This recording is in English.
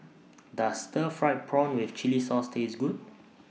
Does Stir Fried Prawn with Chili Sauce Taste Good